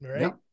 right